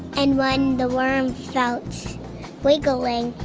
and when the worm felt wiggling,